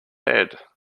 head